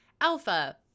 Alpha